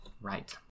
right